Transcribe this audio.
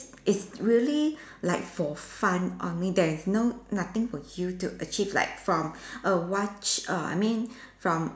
it's really like for fun only there is no nothing for you to achieve like from a watch err I mean from